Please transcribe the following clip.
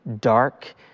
dark